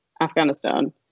Afghanistan